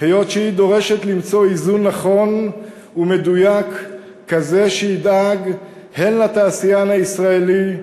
היות שהיא דורשת למצוא איזון נכון ומדויק כזה שידאג הן לתעשיין הישראלי,